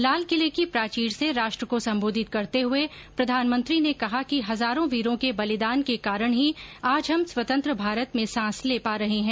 लाल किले की प्राचीर से राष्ट्र को संबोधित करते हुए प्रधानमंत्री ने कहा कि हजारों वीरों के बलिदान के कारण ही आज हम स्वतंत्र भारत में सांस ले पा रहे हैं